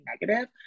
negative